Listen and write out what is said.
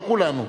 לא כולנו,